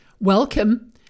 Welcome